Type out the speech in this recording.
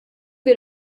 wir